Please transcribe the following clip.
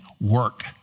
Work